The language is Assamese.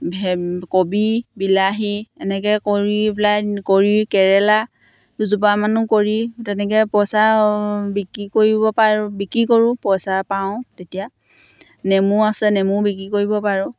ভে কবি বিলাহী এনেকৈ কৰি পেলাই কৰি কেৰেলা দুজোপামানো কৰি তেনেকৈ পইচা বিক্ৰী কৰিব পাৰোঁ বিক্ৰী কৰোঁ পইচা পাওঁ তেতিয়া নেমু আছে নেমুও বিক্ৰী কৰিব পাৰোঁ